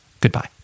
goodbye